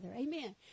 Amen